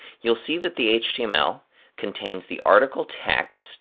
you'll see that the html contains the article text